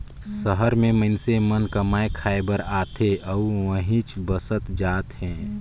सहर में मईनसे मन कमाए खाये बर आथे अउ उहींच बसत जात हें